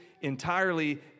entirely